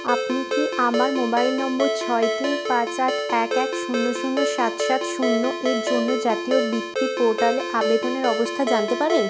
আপনি কি আমার মোবাইল নম্বর ছয় তিন পাঁচ আট এক এক শূন্য শূন্য সাত সাত শূন্য এর জন্য জাতীয় বৃত্তি পোর্টালে আবেদনের অবস্থা জানতে পারেন